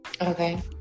Okay